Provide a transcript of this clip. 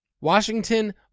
Washington